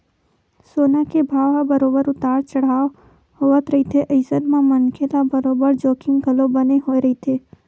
सोना के भाव ह बरोबर उतार चड़हाव होवत रहिथे अइसन म मनखे ल बरोबर जोखिम घलो बने होय रहिथे